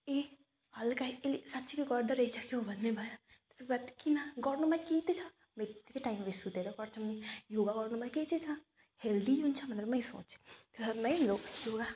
ए हलका अहिले साँच्चैको गर्दो रहेछ क्या हो भन्ने भयो त्यसको बाद किन गर्नुमा केही त छ लाइक यत्तिकै टाइम वेस्ट हुँदैन गर्छु म योगा गर्नुमा के चाहिँ छ हेल्दी हुन्छ भनेर मैले सोचेको रमाइलो होला